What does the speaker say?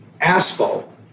asphalt